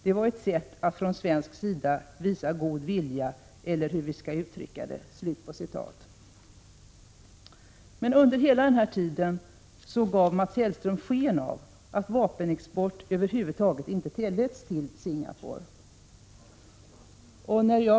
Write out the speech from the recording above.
Det var ett sätt att från svensk sida visa god vilja, eller hur vi skall uttrycka det.” Under hela denna tid gav Mats Hellström sken av att vapenexport till Singapore över huvud taget inte tilläts.